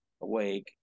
awake